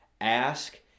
Ask